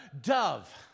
dove